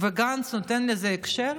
וגנץ נותן לזה הכשר?